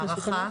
ההערכה?